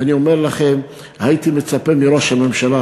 ואני אומר לכם, הייתי מצפה מראש הממשלה